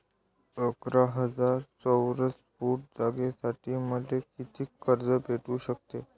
अकरा हजार चौरस फुट जागेसाठी मले कितीक कर्ज भेटू शकते?